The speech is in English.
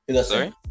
Sorry